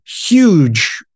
huge